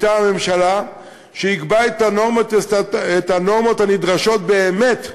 מטעם הממשלה שיקבע את הנורמות הנדרשות באמת,